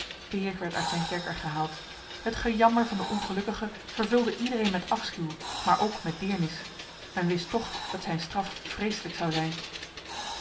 peer werd uit zijn kerker gehaald het gejammer van den ongelukkige vervulde iedereen met afschuw maar ook met deernis men wist toch dat zijne straf vreeselijk zou zijn